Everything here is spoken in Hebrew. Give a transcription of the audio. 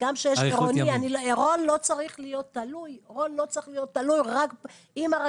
וגם כשיש עירוני רון לא צריך להיות תלוי רק במשהו ספציפי.